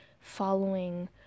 following